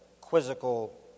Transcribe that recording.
quizzical